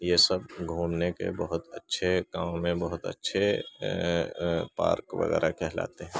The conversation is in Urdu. یہ سب گھومنے کے بہت اچھے گاؤں میں بہت اچھے پارک وغیرہ کہلاتے ہیں